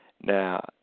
Now